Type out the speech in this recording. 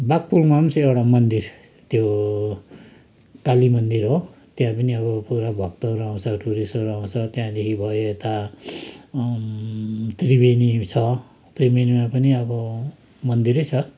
बाघपुलमा पनि छ एउटा मन्दिर त्यो काली मन्दिर हो त्यहाँ पनि अब पुरा भक्तहरू आउँछ टुरिस्टहरू आउँछ त्यहाँदेखि भयो यता त्रिवेणी छ त्रिवेणीमा पनि अब मन्दिरै छ